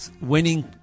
winning